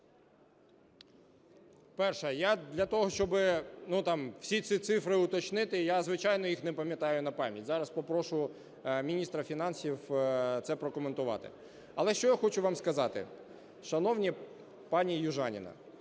Перше. Я для того, щоб там всі ці цифри уточнити, я, звичайно, їх не пам'ятаю напам'ять, зараз попрошу міністра фінансів це прокоментувати. Але, що я хочу вам сказати, шановна пані Южаніна,